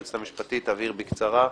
היועצת המשפטית, תבהירי בקצרה.